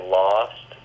lost